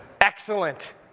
Excellent